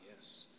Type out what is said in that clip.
yes